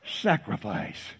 sacrifice